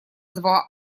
два